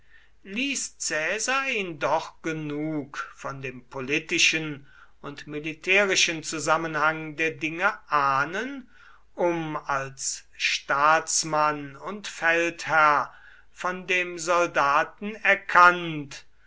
ließ caesar ihn doch genug von dem politischen und militärischen zusammenhang der dinge ahnen um als staatsmann und feldherr von dem soldaten erkannt